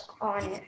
on